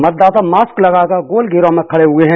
मतदाता मास्क लगाकर गोल घेरों में खड़े हुए हैं